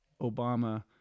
Obama